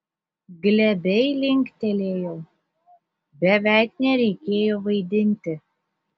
glebiai linktelėjau beveik nereikėjo vaidinti